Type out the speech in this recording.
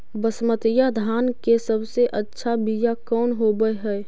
बसमतिया धान के सबसे अच्छा बीया कौन हौब हैं?